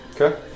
Okay